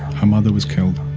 her mother was killed.